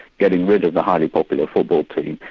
getting rid of the highly popular football team,